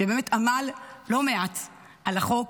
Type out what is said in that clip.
שבאמת עמל לא מעט על החוק,